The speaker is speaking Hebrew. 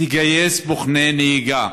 תגייס בוחני נהיגה,